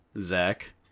Zach